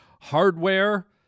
hardware